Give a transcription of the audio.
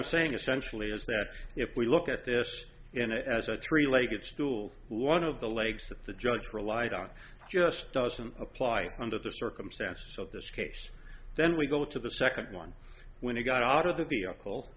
i'm saying essentially is that if we look at this in as a three legged stool one of the legs that the judge relied on just doesn't apply under the circumstances so this case then we go to the second one when he got out of the vehicle